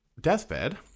deathbed